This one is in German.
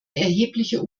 erhebliche